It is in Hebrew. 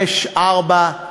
5.4% ל-6%,